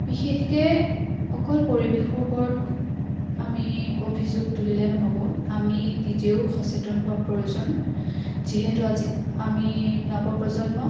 বিশেষকৈ অকল পৰিৱেশৰ ওপৰত আমি অভিযোগ তুলিলে নহ'ব আমি নিজেও সচেতন হোৱা প্ৰয়োজন যিহেতু আজি আমি নৱপ্ৰজন্ম